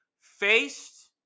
faced